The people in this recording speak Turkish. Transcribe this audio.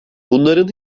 bunların